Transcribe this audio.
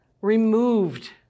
removed